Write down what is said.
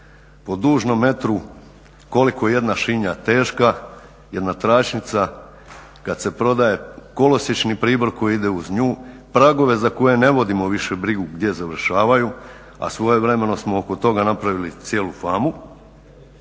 po dužnom metru, koliko je jedna šinja teška, jedna tračnica kada se prodaje kolosiječni pribor koji ide uz nju, pragove za koje ne vodimo više brigu gdje završavaju, a svojevremeno smo oko toga napravili cijelu famu.